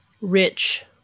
rich